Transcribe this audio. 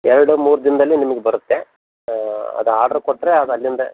ಎರಡು ಮೂರು ದಿನದಲ್ಲಿ ನಿಮಿಗೆ ಬರುತ್ತೆ ಅದು ಆರ್ಡ್ರ್ ಕೊಟ್ಟರೆ ಅದು ಅಲ್ಲಿಂದ